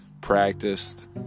practiced